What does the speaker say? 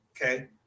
Okay